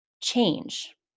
change